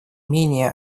менее